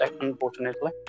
unfortunately